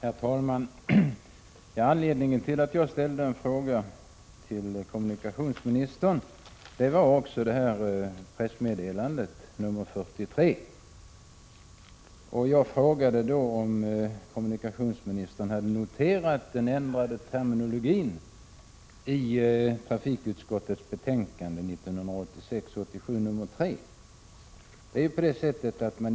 Herr talman! Anledningen till att jag ställde en fråga till kommunikationsministern var det pressmeddelande nr 43 som här nämnts. Jag frågade om kommunikationsministern hade noterat den ändrade terminologin i trafikutskottets betänkande 1986/87:3.